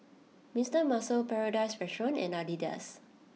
Mister Muscle Paradise Restaurant and Adidas